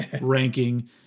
ranking